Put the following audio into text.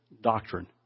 doctrine